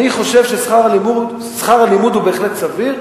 אני חושב ששכר הלימוד הוא בהחלט סביר,